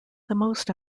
most